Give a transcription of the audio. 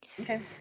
okay